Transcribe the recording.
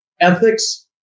ethics